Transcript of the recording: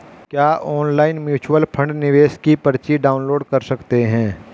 क्या online mutual fund निवेश की पर्ची डाउनलोड कर सकते हैं?